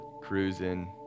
cruising